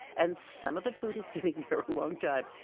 and some of the food is sitting there a long time.